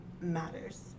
matters